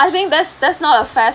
I think that's that's not a fair